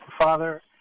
father